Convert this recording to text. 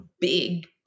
big